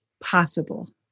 possible